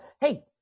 Hey